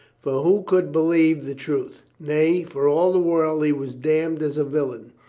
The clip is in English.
for who could believe the truth? nay, for all the world he was damned as a villain.